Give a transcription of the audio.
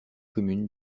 commune